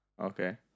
Okay